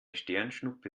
sternschnuppe